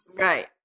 Right